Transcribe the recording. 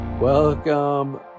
Welcome